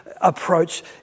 approach